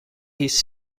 his